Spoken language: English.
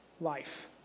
life